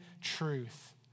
truth